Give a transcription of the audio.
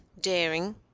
daring